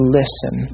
listen